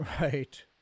Right